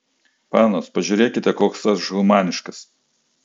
panos pažiūrėkite koks aš humaniškas